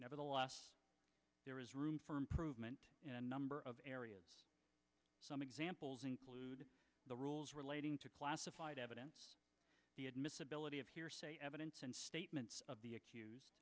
nevertheless there is room for improvement in a number of areas some examples include the rules relating to classified evidence the admissibility of hearsay evidence and statements of the accused